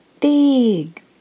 big